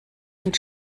und